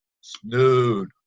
snood